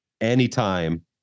anytime